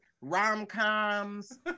Rom-coms